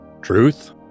Truth